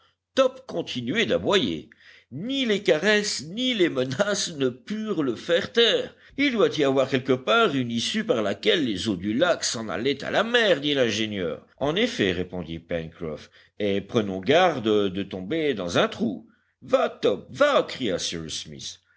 top continuait d'aboyer ni les caresses ni les menaces ne purent le faire taire il doit y avoir quelque part une issue par laquelle les eaux du lac s'en allaient à la mer dit l'ingénieur en effet répondit pencroff et prenons garde de tomber dans un trou va top va cria cyrus smith